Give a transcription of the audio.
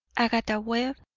agatha webb,